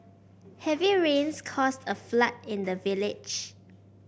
heavy rains caused a flood in the village